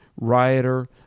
rioter